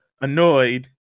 annoyed